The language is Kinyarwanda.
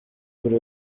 buri